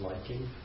Liking